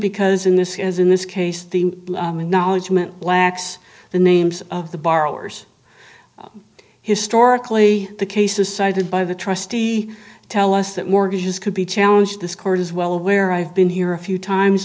because in this as in this case the knowledge meant lacks the names of the borrowers historically the cases cited by the trustee tell us that mortgages could be challenged this court is well aware i've been here a few times